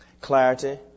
Clarity